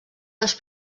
les